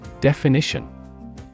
Definition